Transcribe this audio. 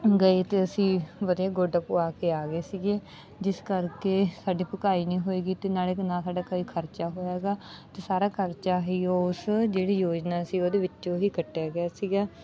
ਗਏ ਅਤੇ ਅਸੀਂ ਵਧੀਆ ਗੋਡਾ ਪਵਾ ਕੇ ਆ ਗਏ ਸੀਗੇ ਜਿਸ ਕਰਕੇ ਸਾਡੀ ਭਕਾਈ ਨਹੀਂ ਹੋਈ ਗੀ ਅਤੇ ਨਾਲ ਅਤੇ ਨਾ ਸਾਡਾ ਕੋਈ ਖਰਚਾ ਹੋਇਆ ਹੈਗਾ ਅਤੇ ਸਾਰਾ ਖਰਚਾ ਹੀ ਉਸ ਜਿਹੜੀ ਯੋਜਨਾ ਸੀ ਉਹਦੇ ਵਿੱਚੋਂ ਹੀ ਕੱਟਿਆ ਗਿਆ ਸੀਗਾ